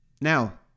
now